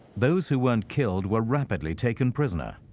those who weren't killed were rapidly taken prisoner.